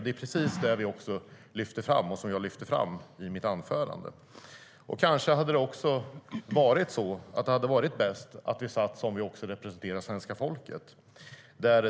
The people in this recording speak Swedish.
Det är precis vad jag lyfte fram i mitt anförande. Kanske är det bäst att vi sitter så som vi representerar svenska folket.